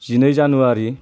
जिनै जानुवारि